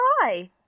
hi